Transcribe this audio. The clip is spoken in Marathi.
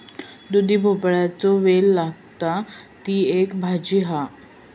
दुधी भोपळ्याचो वेल लागता, ती एक भाजी हा